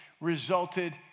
resulted